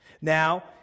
Now